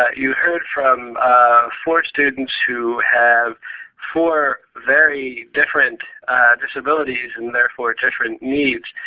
you've heard from four students who have four very different disabilities and therefore different needs.